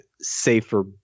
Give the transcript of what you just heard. safer